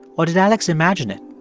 or did alex imagine it?